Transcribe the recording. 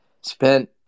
spent